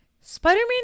Spider-Man